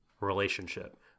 relationship